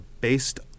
based